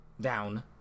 down